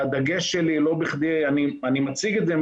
והדגש שלי לא בכדי אני מציג את זה,